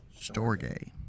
Storge